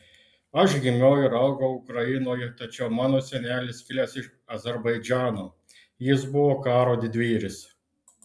aš gimiau ir augau ukrainoje tačiau mano senelis kilęs iš azerbaidžano jis buvo karo didvyris